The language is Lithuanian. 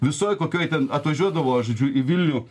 visoj kokioj ten atvažiuodavo žodžiu į vilnių